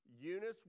Eunice